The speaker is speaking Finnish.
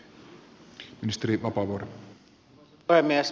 arvoisa puhemies